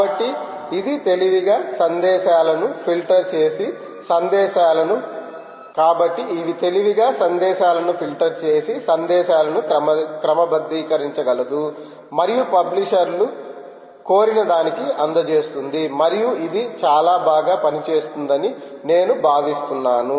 కాబట్టి ఇది తెలివిగా సందేశాలను ఫిల్టర్ చేసి సందేశాలను క్రమబద్ధీకరించగలదు మరియు పబ్లిషర్లు కోరినదానికి అందజేస్తుంది మరియు ఇది చాలా బాగా పనిచేస్తుందని నేను భావిస్తున్నాను